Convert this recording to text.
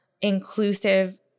inclusive